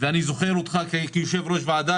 ואני זוכר אותך כיושב-ראש ועדה,